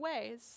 ways